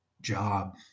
job